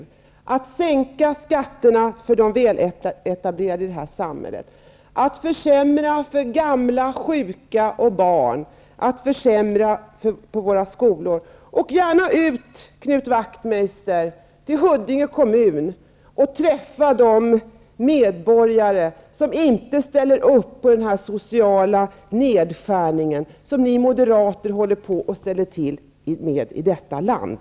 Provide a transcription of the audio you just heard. Man sänker skatterna för de väletablerade i samhället och försämrar för gamla, sjuka och barn, försämrar för våra skolor. Åk gärna ut, Knut Wachtmeister, till Huddinge kommun för att träffa de medborgare som inte ställer upp på en sådan social nedrustning som ni moderater ställer till med i detta land.